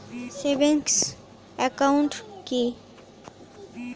Savings account কি?